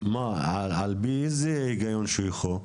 מה על פי איזה הגיון שויכו?